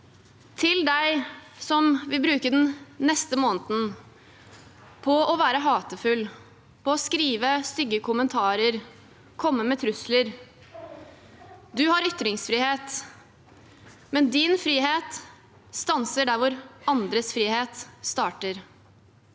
Til deg som vil bruke den neste måneden på å være hatefull, på å skrive stygge kommentarer, på å komme med trusler: Du har ytringsfrihet, men din frihet stanser der andres frihet starter.